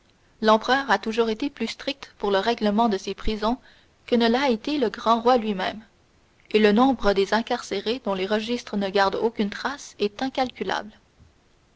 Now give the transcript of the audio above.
l'empereur a toujours été plus strict pour le règlement de ses prisons que ne l'a été le grand roi lui-même et le nombre des incarcérés dont les registres ne gardent aucune trace est incalculable